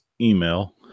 email